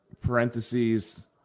parentheses